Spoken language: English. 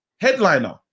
headliner